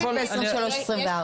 --- תקציב ב-2023-2024.